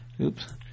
Oops